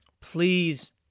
please